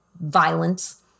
violence